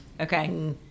Okay